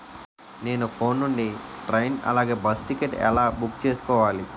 Cell phone నుండి train అలాగే bus ticket ఎలా బుక్ చేసుకోవాలి?